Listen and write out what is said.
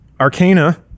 arcana